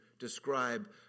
describe